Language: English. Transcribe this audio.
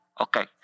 Okay